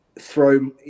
throw